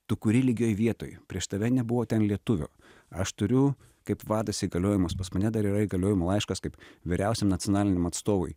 tu kuri lygioj vietoj prieš tave nebuvo ten lietuvio aš turiu kaip vadas įgaliojimus pas mane dar yra įgaliojimų laiškas kaip vyriausiam nacionaliniam atstovui